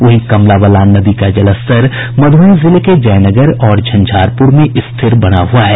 वहीं कमला बलान नदी का जलस्तर मधुबनी जिले के जयनगर और झंझारपुर में स्थिर बना हुआ है